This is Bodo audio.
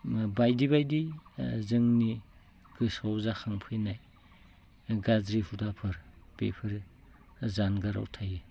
बायदि बायदि जोंनि गोसोआव जाखांफैनाय गाज्रि हुदाफोर बेफोरो जानगाराव थायो